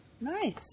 Nice